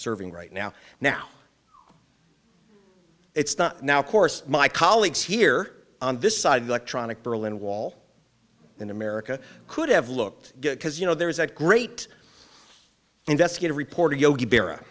serving right now now it's not now of course my colleagues here on this side electronic berlin wall in america could have looked good because you know there is a great investigative reporter yogi be